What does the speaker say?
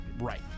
Right